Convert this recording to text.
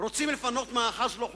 רוצים לפנות מאחז לא חוקי?